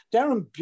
Darren